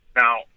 now